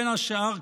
בין השאר,